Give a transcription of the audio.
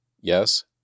Yes